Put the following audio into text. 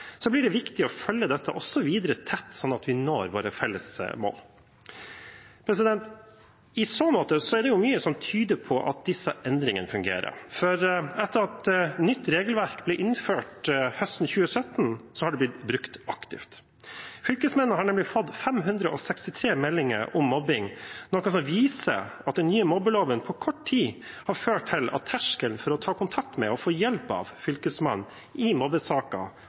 blir det viktig å følge dette tett videre, slik at vi når våre felles mål. I så måte er det mye som tyder på at disse endringene fungerer. Etter at et nytt regelverk ble innført høsten 2017, er det blitt brukt aktivt. Fylkesmennene har nemlig fått 563 meldinger om mobbing, noe som viser at den nye mobbeloven på kort tid har ført til at terskelen for å ta kontakt med og få hjelp av Fylkesmannen